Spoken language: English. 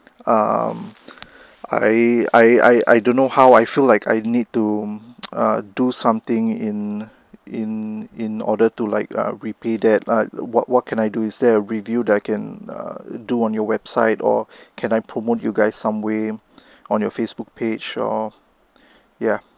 um I I I I don't know how I feel like I need to do something in in in order to like uh repay that ah what what can I do is there a review that I can err do on your website or can I promote you guys some way on your facebook page or ya